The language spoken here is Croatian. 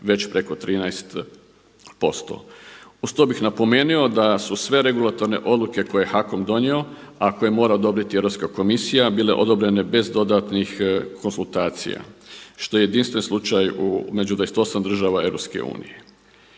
već preko 13%. Uz to bih napomeno da su sve regulatorne odluke koje je HAKOM donio, a koje mora odobriti Europska komisija bile odobrene bez dodatnih konzultacija što je jedinstven slučaj među 28 država EU. Veliki